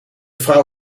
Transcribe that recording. vrouw